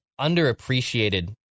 underappreciated